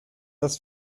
las